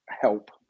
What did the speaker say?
help